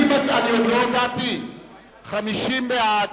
50 בעד,